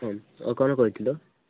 ହଁ ଆଉ କ'ଣ କହିଥିଲ